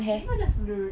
tecna is nerd